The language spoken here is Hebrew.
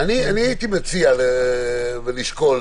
הייתי מציע לשקול,